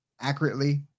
accurately